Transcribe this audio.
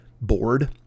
bored